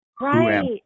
right